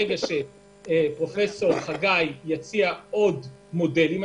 ברגע שפרופסור חגי יציע עוד מודלים,